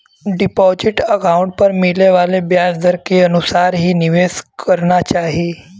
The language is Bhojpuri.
डिपाजिट अकाउंट पर मिले वाले ब्याज दर के अनुसार ही निवेश करना चाही